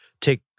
take